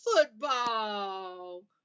football